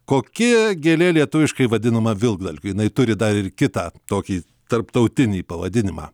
kokia gėlė lietuviškai vadinama vilkdalgiu jinai turi dar ir kitą tokį tarptautinį pavadinimą